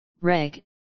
Reg